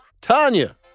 Tanya